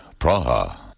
Praha